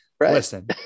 listen